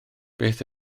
beth